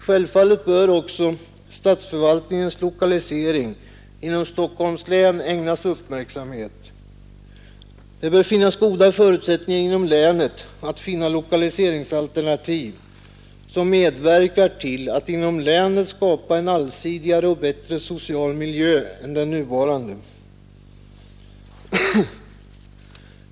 Självfallet bör också statsförvaltningens lokalisering inom Stockholms län ägnas uppmärksamhet. Det bör finnas goda förutsättningar att inom länet finna lokaliseringsalternativ, som medverkar till att inom länet skapa en allsidigare och bättre social miljö än den nuvarande.